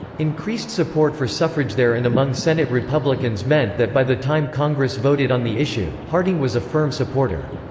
increased support for suffrage there and among senate republicans meant that by the time congress voted on the issue, harding was a firm supporter.